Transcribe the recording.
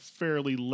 fairly